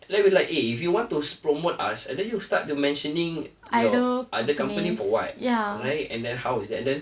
like we like eh if you want to promote us and then you start to mentioning your other company for what right and then how is that and then